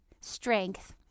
strength